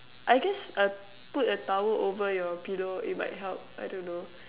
I guess uh put a towel over your pillow it might help I don't know